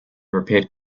repaired